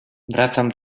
wracam